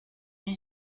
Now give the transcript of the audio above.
nie